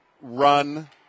run –